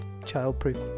childproof